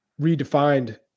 redefined